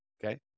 Okay